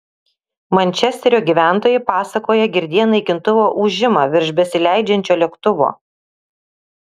mančesterio gyventojai pasakoja girdėję naikintuvo ūžimą virš besileidžiančio lėktuvo